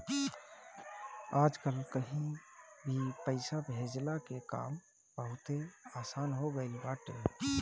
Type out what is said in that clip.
आजकल कहीं भी पईसा भेजला के काम बहुते आसन हो गईल बाटे